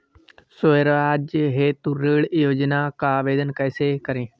स्वरोजगार हेतु ऋण योजना का आवेदन कैसे करें?